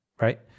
right